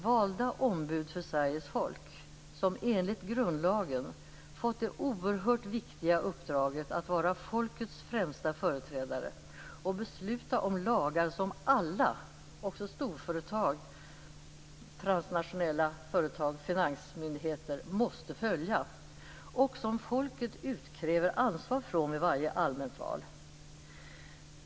Valda ombud för Sveriges folk, som enligt grundlagen fått det oerhört viktiga uppdraget att vara folkets främsta företrädare och besluta om lagar som alla - också storföretag, transnationella företag och finansmyndigheter - måste följa och som folket utkräver ansvar från vid varje allmänt val.